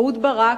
אהוד ברק,